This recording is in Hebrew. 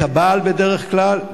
את הבעל בדרך כלל,